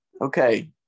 Okay